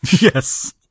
Yes